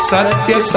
Satya